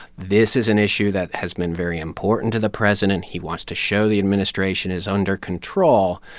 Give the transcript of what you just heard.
this is an issue that has been very important to the president. he wants to show the administration is under control.